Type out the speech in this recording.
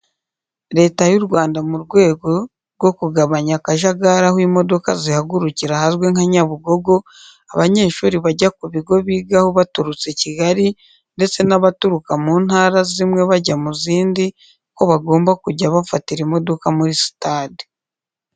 Leta y'u Rwanda mu rwego rwo kugabanya akajagari aho imodoka zihagurukira hazwi nka Nyabugogo, abanyeshuri bajya ku bigo bigaho baturutse i Kigali ndetse n'abaturuka mu Ntara zimwe bajya mu zindi ko bagomba kujya bafatira imodoka muri sitade.